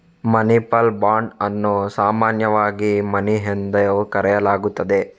municipal bond ಅನ್ನು ಸಾಮಾನ್ಯವಾಗಿ money ಎಂದು ಕರೆಯಲಾಗುತ್ತದೆ